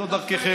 זו דרככם.